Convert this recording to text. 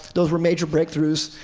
those were major breakthroughs.